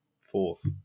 fourth